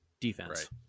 defense